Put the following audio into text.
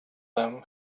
them